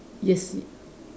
yes